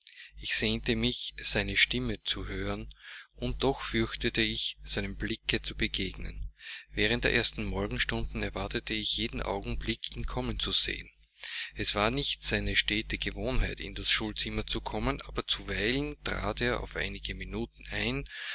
ich sehnte mich seine stimme zu hören und doch fürchtete ich seinem blicke zu begegnen während der ersten morgenstunden erwartete ich jeden augenblick ihn kommen zu sehen es war nicht seine stete gewohnheit in das schulzimmer zu kommen aber zuweilen trat er auf einige minuten ein